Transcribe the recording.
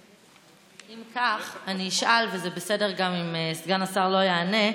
אם כך, אני אשאל, וזה בסדר גם אם סגן השר לא יענה: